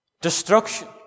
Destruction